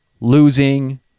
losing